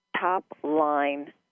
top-line